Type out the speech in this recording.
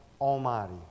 almighty